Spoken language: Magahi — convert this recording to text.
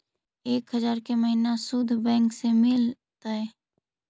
एक हजार के महिना शुद्ध बैंक से मिल तय?